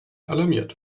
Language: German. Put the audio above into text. alarmiert